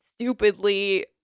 stupidly